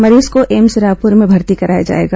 मरीज को एम्स रायपुर में भर्ती कराया जाएगा